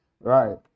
Right